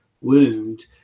wound